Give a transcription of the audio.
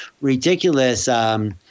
ridiculous